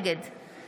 נגד גבי לסקי,